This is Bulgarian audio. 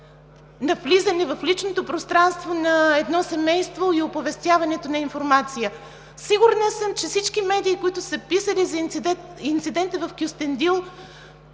навлизане в личното пространство на едно семейство и оповестяването на информация. Сигурна съм, че всички медии, които са писали за инцидента в Кюстендил,